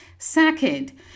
second